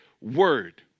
word